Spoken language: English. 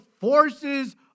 forces